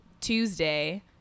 Tuesday